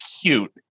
cute